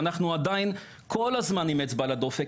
ואנחנו עדיין כל הזמן עם אצבע על הדופק.